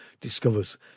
discovers